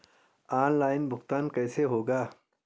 Online भुगतान कैसे होगा?